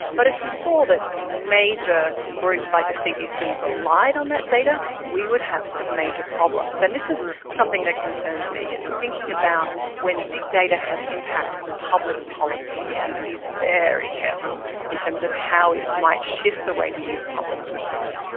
but if we saw that major groups like the cdc relied on that date, we would have some major problems. and this is something that concerns me, it's thinking about when big data has impact on public policy we have to be very careful in terms of how it might shift the way we use public resources.